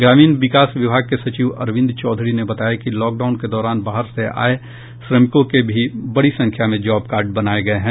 ग्रामीण विकास विभाग के सचिव अरविंद चौधरी ने बताया कि लॉकडाउन के दौरान बाहर से आये श्रमिकों के भी बड़ी संख्या में जॉब कार्ड बनाये गये हैं